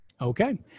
Okay